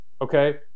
okay